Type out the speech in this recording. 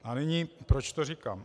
A nyní, proč to říkám?